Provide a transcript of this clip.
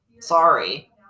sorry